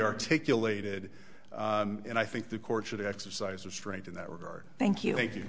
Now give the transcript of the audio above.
articulated and i think the court should exercise restraint in that regard thank you thank you